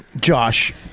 Josh